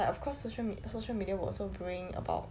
but of course social media social media will also bring about